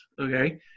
okay